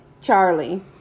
Charlie